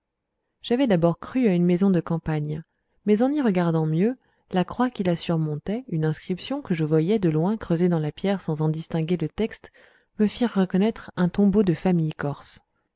j'avais d'abord cru à une maison de campagne mais en y regardant mieux la croix qui la surmontait une inscription que je voyais de loin creusée dans la pierre sans en distinguer le texte me firent reconnaître un tombeau de famille corse